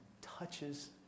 touches